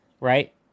right